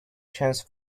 chance